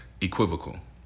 equivocal